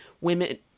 Women